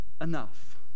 Enough